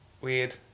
weird